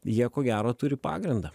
jie ko gero turi pagrindą